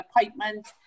appointment